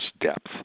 depth